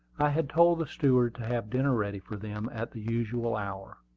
i had told the steward to have dinner ready for them at the usual hour.